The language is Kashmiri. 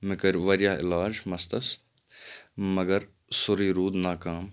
مےٚ کٔر واریاہ علاج مَستَس مَگر سورٕے روٗد ناکام